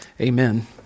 amen